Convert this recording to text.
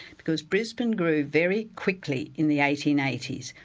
because brisbane grew very quickly in the eighteen eighty s.